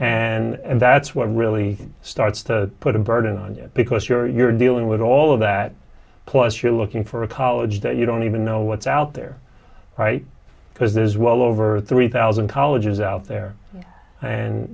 and that's what really starts to put a burden on you because you're you're dealing with all of that plus you're looking for a college that you don't even know what's out there right because there's well over three thousand colleges out there and